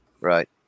right